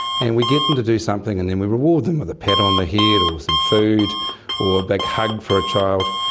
and we get them to do something and then we reward them, with a pat on the head or some food or a big hug for a child.